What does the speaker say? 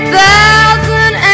thousand